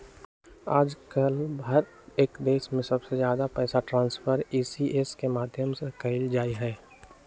आजकल हर एक देश में सबसे ज्यादा पैसा ट्रान्स्फर ई.सी.एस के माध्यम से कइल जाहई